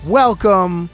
welcome